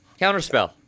Counterspell